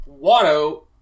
Watto